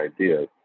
ideas